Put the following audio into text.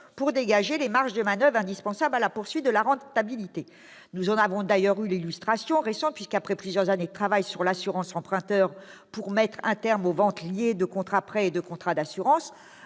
pour dégager les marges de manoeuvre indispensables à la poursuite de la rentabilité. Nous en avons d'ailleurs eu l'illustration récente puisque, après plusieurs années de travail sur l'assurance emprunteur pour mettre un terme aux ventes liées de contrats de prêts et de contrats d'assurance,